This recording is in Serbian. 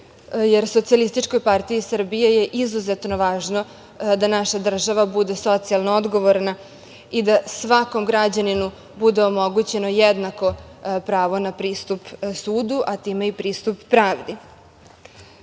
tražiocu, jer SPS je izuzetno važno da naša država bude socijalno odgovorna i da svakom građaninu bude omogućeno jednako pravo na pristup sudu, a time i pristup pravdi. Htela